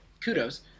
kudos